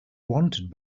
wanted